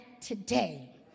today